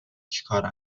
چیکاره